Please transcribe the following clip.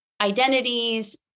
identities